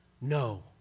no